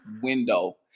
window